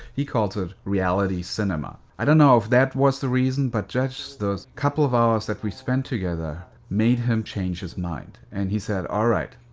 he calls it reality cinema. i don't know if that was the reason, but just those couple of hours that we spent together made him change his mind, and he said, all right,